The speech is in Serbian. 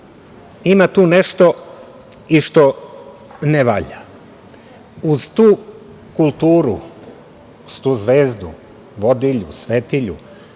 ima tu nešto i što ne valja. Uz tu kulturu, uz tu zvezdu vodilju, svetilju,